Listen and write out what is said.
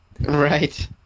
Right